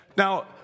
Now